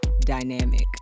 dynamic